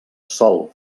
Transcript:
sòl